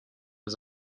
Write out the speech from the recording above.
was